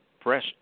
press